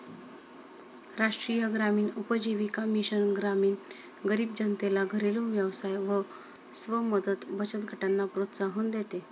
राष्ट्रीय ग्रामीण उपजीविका मिशन ग्रामीण गरीब जनतेला घरेलु व्यवसाय व स्व मदत बचत गटांना प्रोत्साहन देते